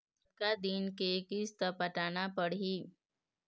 कतका दिन के किस्त पटाना पड़ही?